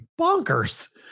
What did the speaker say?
bonkers